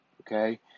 okay